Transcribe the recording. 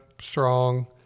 strong